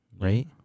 right